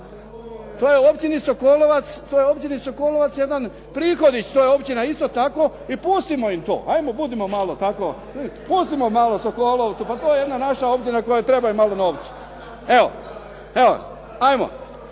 Koje vade naftu. I u toj općini Sokolovac jedan prihod i to j općina isto tako i pustimo im to. 'ajmo budimo malo tako, pustimo malo Sokolovcu pa to je jedna naša općina koja treba malo novca. Evo, 'ajmo.